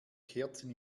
kerzen